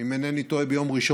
אין נמנעים.